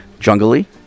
jungly